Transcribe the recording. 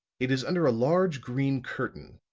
it is under a large green curtain.